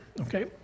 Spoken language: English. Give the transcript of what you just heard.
okay